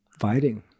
fighting